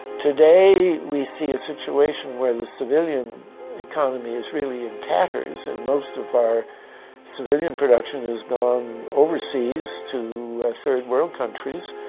today we see a situation where the civilian economy is really in tatters and most of our civilian production is gone overseas to third world countries.